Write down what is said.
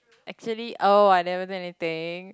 actually oh I never do anything